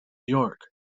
york